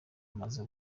amaze